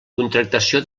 contractació